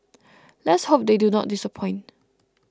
let's hope they do not disappoint